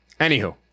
anywho